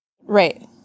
Right